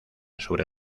sobre